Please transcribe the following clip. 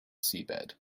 seabed